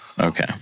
Okay